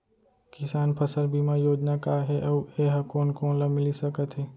किसान फसल बीमा योजना का हे अऊ ए हा कोन कोन ला मिलिस सकत हे?